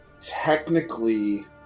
technically